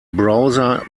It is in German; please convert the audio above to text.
browser